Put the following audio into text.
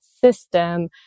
system